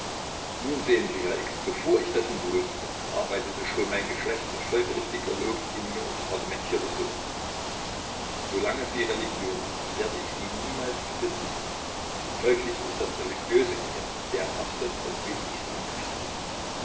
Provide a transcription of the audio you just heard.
nun sehen sie herr x bevor ich dessen bewußt war arbeitete schon mein geschlecht mit folgerichtiger logik in mir und argumentierte so so lange sie religion hat werde ich sie niemals besitzen folglich ist das religiöse in ihr der erste und wichtigste